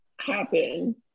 happen